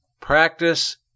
practice